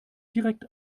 direkt